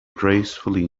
gracefully